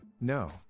No